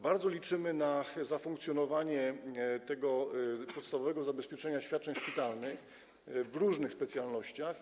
Bardzo liczymy na zafunkcjonowanie tego podstawowego zabezpieczenia świadczeń szpitalnych w różnych specjalnościach.